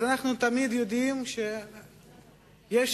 אנחנו יודעים שתמיד יש